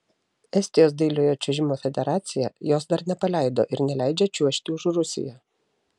estijos dailiojo čiuožimo federacija jos dar nepaleido ir neleidžia čiuožti už rusiją